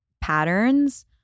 patterns